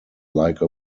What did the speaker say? like